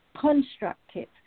constructive